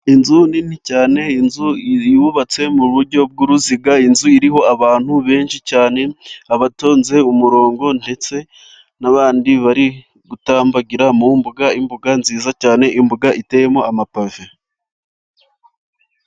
Inzu nini cyane, inzu yubatse mu buryo bw'uruziga, inzu iriho abantu benshi cyane, abatonze umurongo ,ndetse n'abandi bari gutambagira mu mbuga, imbuga nziza cyane, imbuga iteyemo amapave.